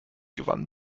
gewann